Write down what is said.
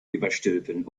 überstülpen